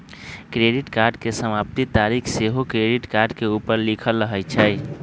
credit card के समाप्ति तारिख सेहो क्रेडिट कार्ड के ऊपर लिखल रहइ छइ